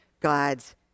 God's